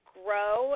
grow